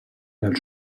del